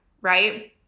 right